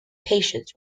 patients